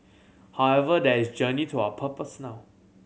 however there is a journey to our purpose now